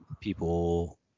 people